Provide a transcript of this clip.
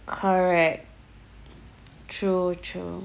correct true true